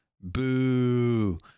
boo